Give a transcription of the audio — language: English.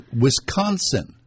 Wisconsin